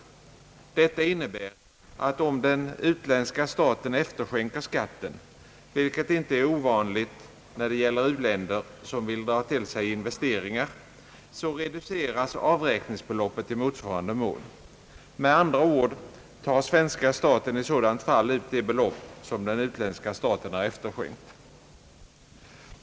Detta innebär att om den utländska staten efterskänker skatten — vilket inte är ovanligt när det gäller uländer som vill dra till sig investeringar — så reduceras avräkningsbeloppet i motsvarande mån. Med andra ord tar svenska staten i sådant fall ut det belopp som den utländska staten har efterskänkt.